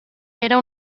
era